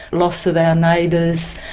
loss of our neighbours,